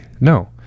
No